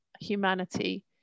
humanity